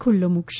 ખુલ્લો મુકશે